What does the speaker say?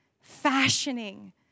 fashioning